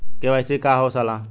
इ के.वाइ.सी का हो ला?